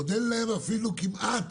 עוד אין להם אפילו כמעט